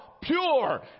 pure